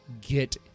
get